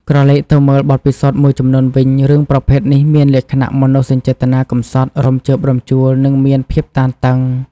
ក្រឡេកទៅមើលបទពិសោធមួយចំនួនវិញ រឿងប្រភេទនេះមានលក្ខណៈមនោសញ្ចេតនាកម្សត់ រំជើបរំជួល និងមានភាពតានតឹង។